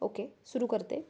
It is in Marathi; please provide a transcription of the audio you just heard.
ओके सुरू करते